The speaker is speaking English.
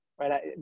right